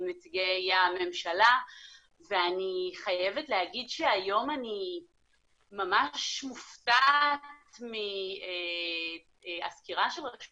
נציגי הממשלה ואני חייבת להגיד שהיום אני ממש מופתעת מהסקירה של רשות